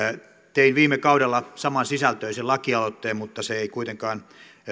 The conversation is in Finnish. tein viime kaudella samansisältöisen lakialoitteen mutta se ei kuitenkaan